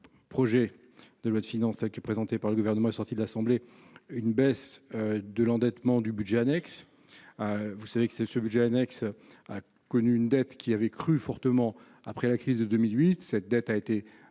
projet de loi de finances, qui est présenté par le gouvernement est sorti de l'Assemblée, une baisse de l'endettement du budget annexe, vous savez que c'est ce budget annexe a connu une dette qui avait cru fortement après la crise de 2008, cette dette a été